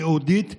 ייעודית וייחודית,